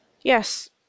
Yes